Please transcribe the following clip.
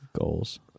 goals